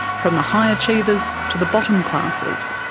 from the high achievers to the bottom classes.